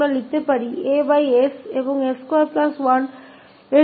तो हम लिख सकते हैं 𝐴 𝑠 और 𝑠21 के लिए फिर से यह 𝐵𝑠 𝐶 आ जाएगा